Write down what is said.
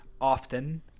often